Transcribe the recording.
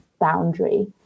boundary